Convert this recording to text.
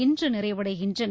இன்று நிறைவடைகின்றன